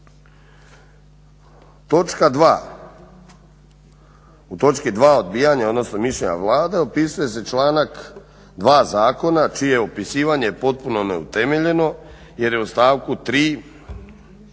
u točki 2. odbijanja, odnosno mišljenja Vlade opisuje se članak 2. zakona čije je upisivanje potpuno neutemeljeno jer je u stavku 3,